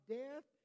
death